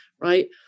right